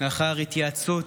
לאחר התייעצות